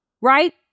right